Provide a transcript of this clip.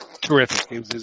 terrific